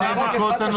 חבר הכנסת רז.